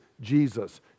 Jesus